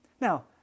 Now